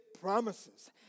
promises